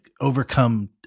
overcome